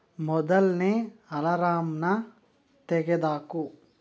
ಮೊದಲನೇ ಅಲಾರಾಮನ್ನ ತೆಗೆದಾಕು